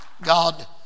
God